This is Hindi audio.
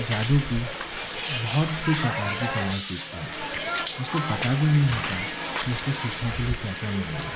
जादू की बहुत सी प्रकार की कलाई सीखता है उसको पता भी नहीं होता कि उसको सीखने के लिए क्या क्या मिलेगा